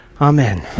amen